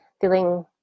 feeling